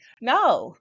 No